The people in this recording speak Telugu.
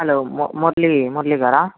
హలో ము మురళీ మురళీ గారా